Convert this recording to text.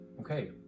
okay